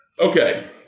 Okay